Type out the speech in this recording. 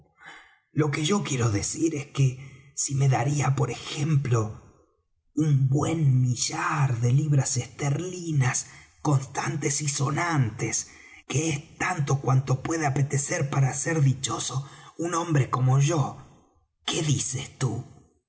lo que yo quiero decir es que si me daría por ejemplo un buen millar de libras esterlinas contantes y sonantes que es tanto cuanto puede apetecer para ser dichoso un hombre como yo qué dices tú